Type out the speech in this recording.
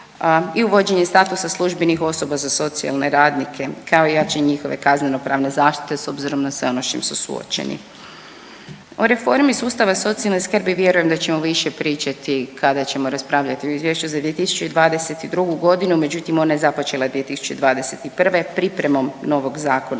i uvođenje statusa službenih osoba za socijalne radnike kao i jačanje njihove kazneno-pravne zaštite s obzirom na sve ono s čim su suočeni. O reformi sustava socijalne skrbi vjerujem da ćemo više pričati kada ćemo raspravljati o Izvješću za 2022. godinu, međutim ona je započela 2021. pripremom novog Zakona